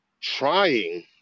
trying